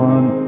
One